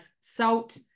salt